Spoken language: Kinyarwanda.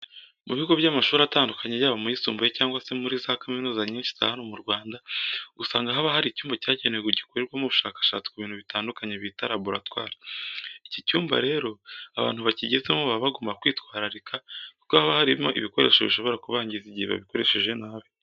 Mu bigo by'amashuri atandukanye yaba mu yisumbuye cyangwa se muri kaminuza nyinshi za hano mu Rwanda, usanga haba hari icyumba cyagenwe gikorerwamo ubushakashatsi ku bintu bitandukanye bita laboratwari. Iki cyumba rero abantu bakigezemo baba bagomba kwitwararika kuko haba harimo ibikoresho bishobora kubangiza igihe babikoresheje nabi.